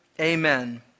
Amen